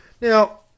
Now